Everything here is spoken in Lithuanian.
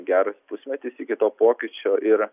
geras pusmetis iki to pokyčio ir